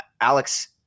Alex